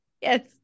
Yes